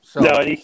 No